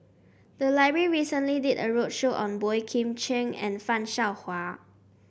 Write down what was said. the library recently did a roadshow on Boey Kim Cheng and Fan Shao Hua